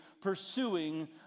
pursuing